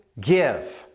give